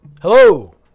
Hello